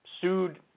sued